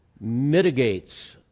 mitigates